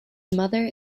mother